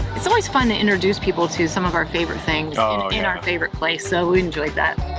it's always fun to introduce people to some of our favorite things, in our favorite place. so, we enjoyed that.